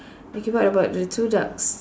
okay what about the two ducks